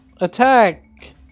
attack